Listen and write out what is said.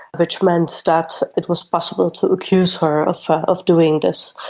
which meant that it was possible to accuse her of of doing this.